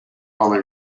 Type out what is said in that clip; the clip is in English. only